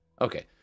Okay